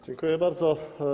Dziękuję bardzo.